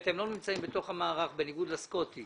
הם לא נמצאים בתוך המערך בניגוד לסקוטי.